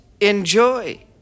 Enjoy